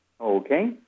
Okay